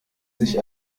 sich